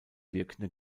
wirkende